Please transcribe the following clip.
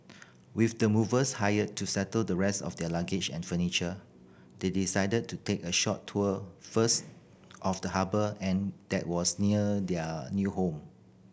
with the movers hired to settle the rest of their luggage and furniture they decided to take a short tour first of the harbour and that was near their new home